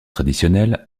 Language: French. traditionnelle